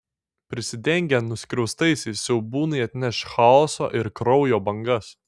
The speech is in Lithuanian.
prisidengę nuskriaustaisiais siaubūnai atneš chaoso ir kraujo bangas